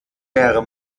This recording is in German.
der